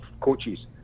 coaches